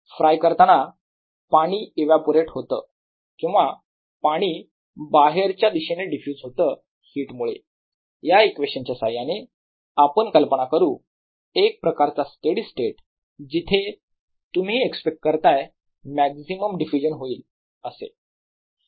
fry करताना पाणी evaporate होतं किंवा पाणी बाहेरच्या दिशेने डिफ्युज होतं हिट मुळे या इक्वेशन च्या साह्याने आपण कल्पना करू एक प्रकारचा स्टेडी स्टेट जिथे तुम्ही एक्स्पेक्ट करताय मॅक्झिमम डिफ्युजन होईल असे